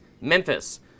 Memphis